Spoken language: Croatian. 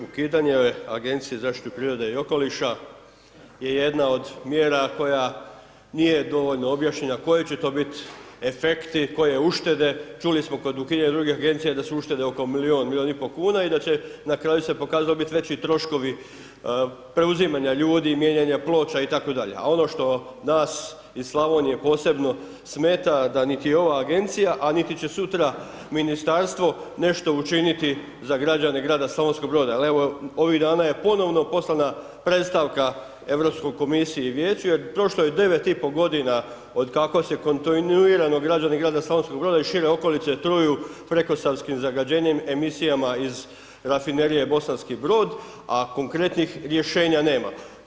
Ukidanje Agencija za zaštitu okoliša i prirode je jedna od mjera koja, nije dovoljno objašnjenja, koji će to biti efekti, koje uštede, čuli smo kod ukidanja drugih Agencija da su uštede oko milijun, milijun i pol kuna, i da će na kraju se pokazalo biti veći troškovi preuzimanja ljudi, mijenjanja ploča i tako dalje, a ono što nas, iz Slavonije posebno smeta, da niti ova Agencija, a nit će sutra Ministarstvo nešto učiniti za građane grada Slavonskog Broda, jel' evo ovih dana je ponovno poslana predstavka Europskoj komisiji i Vijeću, jer prošlo je devet i po godina od kako se kontinuirano građani grada Slavonskog Broda i šire okolice, truju prekosavskim zagađenjem emisijama iz rafinerije Bosanski Brod, a konkretnih rješenja nema.